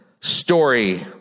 story